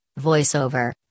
voiceover